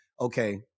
okay